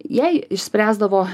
jai išspręsdavo